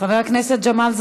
חבר הכנסת ג'מאל זחאלקה,